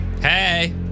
Hey